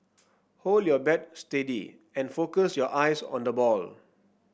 hold your bat steady and focus your eyes on the ball